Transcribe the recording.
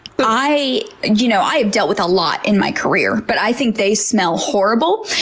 i you know i have dealt with a lot in my career, but i think they smell horrible.